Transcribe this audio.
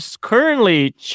currently